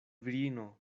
virino